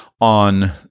on